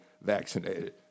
vaccinated